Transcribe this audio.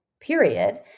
period